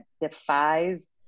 defies